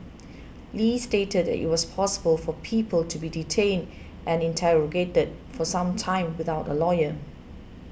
li stated that it was possible for people to be detained and interrogated for some time without a lawyer